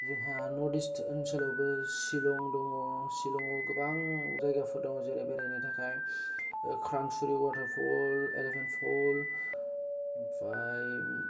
जोंहा north east ओनसोलावबो सिलं दङ सिलंआव गोबां जायगाफोर दङ जेरै बेरायनो थाखाय क्रानसुरी अवाटार पल इलेपेन्त पल ओमफाय